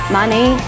money